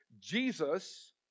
Jesus